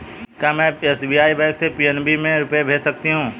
क्या में SBI bank से पी.एन.बी में रुपये भेज सकती हूँ?